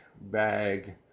bag